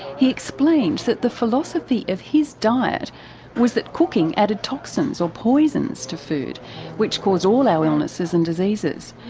he explained that the philosophy of his diet was that cooking added toxins or poisons to food which caused all our illnesses and diseases,